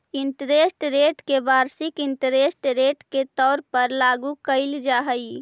interest rate के वार्षिक interest rate के तौर पर लागू कईल जा हई